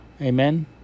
Amen